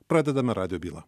pradedame radijo bylą